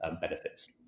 benefits